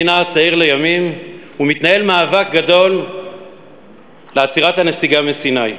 אני נער צעיר לימים ומתנהל מאבק גדול לעצירת הנסיגה מסיני.